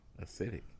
acidic